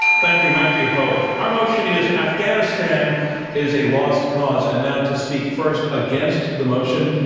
thank you, matthew hoh. our motion is afghanistan is a lost cause. and now to speak first against the motion,